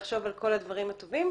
לחשוב על כל הדברים הטובים,